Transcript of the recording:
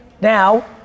Now